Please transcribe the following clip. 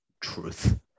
truth